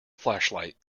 flashlight